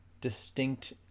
distinct